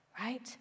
right